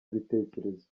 ibitekerezo